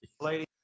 Lady